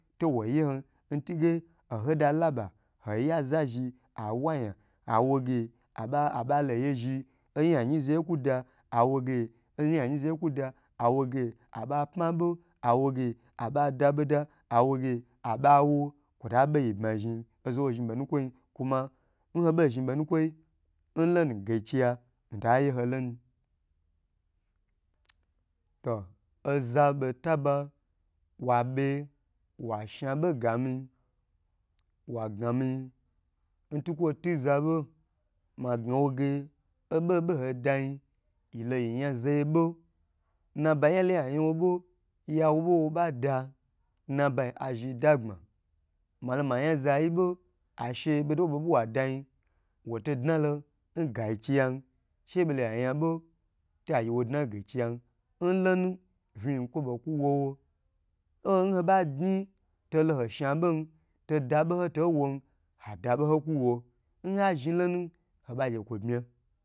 Wogyan ntwuge oho da laba hoyaza zhi awaya awo ge abolo aye zhi oya yi nza kuda awo ge oyan yi ze kuda awoge oyan yi za kuda awoge abo pmabo awoge abe dabo da awoge abawo kwo ta ba yi bmazhi ozawo zhn bonukwoyi nho bo zhi bonukwo haka ghiciya mita yeho lonu loozabota ba wabe washa bo gama n tukwo tu abo magnwo ge obobo ho dayi alo yan zaye bo nabayi nyalo ya yan wobo yawo bowobada nabayi yazhi dagbm. milo ma yan zayi bo ashe bodo wo bebe wadayin woto dnalo ngancigan she yibo lo ya yanbo toya gye wo dna nganciyan nlenu vikwo bokwu wowo o nhobagn, toloho sha bon toda bo hotowan hadabo hokwo nha zhi lon hoba gye kwo bmye